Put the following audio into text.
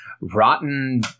rotten